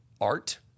art